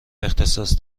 اختصاص